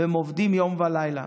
והם עובדים יום ולילה.